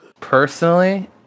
Personally